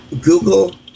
Google